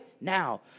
now